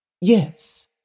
Yes